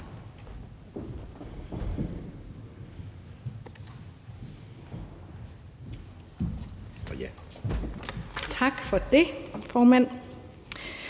Tak for det, formand.